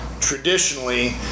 traditionally